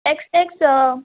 x x